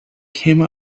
came